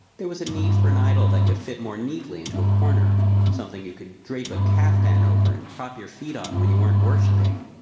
there was a need for an idol that could fit more neatly into a corner something you could drape a caftan over and prop your feet on when you weren't worshipping.